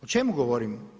O čemu govorimo?